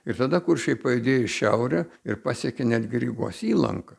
ir tada kuršiai pajudėjo į šiaurę ir pasiekė netgi rygos įlanką